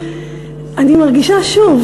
אני מרגישה שוב,